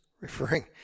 referring